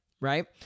Right